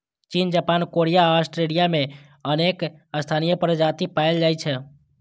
चीन, Japan, Korea आ Australia मे अनेक स्थानीय प्रजाति पाएल जाइ छै